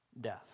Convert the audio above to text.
death